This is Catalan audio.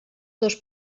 dos